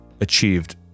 achieved